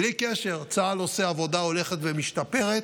בלי קשר, צה"ל עושה עבודה הולכת ומשתפרת,